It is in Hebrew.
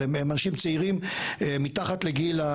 אבל הם אנשים צעירים מתחת לגיל ,